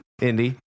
Indy